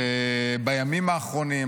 בימים האחרונים,